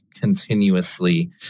continuously